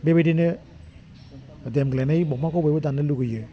बेबायदिनो देमग्लायनाय दंफांखौ बयबो दान्नो लुगैयो